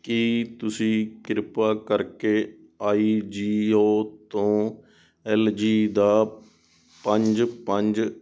ਕੀ ਤੁਸੀਂ ਕਿਰਪਾ ਕਰਕੇ ਆਈਜੀਓ ਤੋਂ ਐੱਲ ਜੀ ਦਾ ਪੰਜ ਪੰਜ